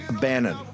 Bannon